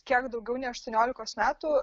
kiek daugiau nei aštuoniolikos metų